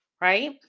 right